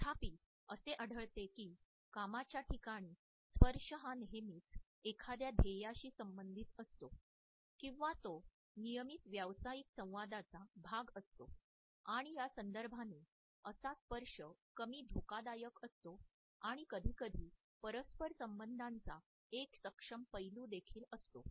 तथापि असे आढळते की कामाच्या ठिकाणी स्पर्श हा नेहमीच एखाद्या ध्येयाशी संबंधित असतो किंवा तो नियमित व्यावसायिक संवादाचा भाग असतो आणि या संदर्भाने असा स्पर्श कमी धोकादायक असतो आणि कधीकधी परस्पर संबंधांचा एक सक्षम पैलू देखील असतो